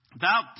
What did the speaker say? thou